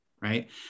Right